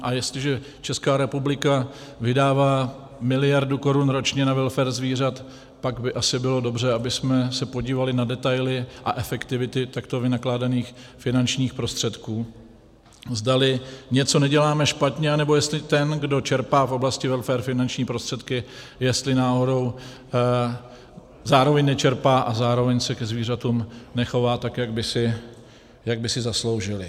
A jestliže Česká republika vydává miliardu korun ročně na welfare zvířat, pak by asi bylo dobře, abychom se podívali na detaily a efektivitu takto vynakládaných finančních prostředků, zdali něco neděláme špatně, anebo jestli ten, kdo čerpá v oblasti welfaru finanční prostředky, jestli náhodou zároveň nečerpá a zároveň se ke zvířatům nechová tak, jak by si zasloužila.